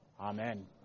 Amen